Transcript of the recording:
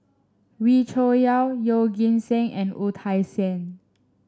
Wee Cho Yaw Yeoh Ghim Seng and Wu Tsai Yen